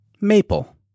Maple